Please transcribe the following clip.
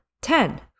Ten